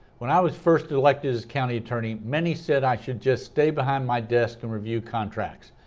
when i was first elected as county attorney, many said i should just stay behind my desk and review contracts,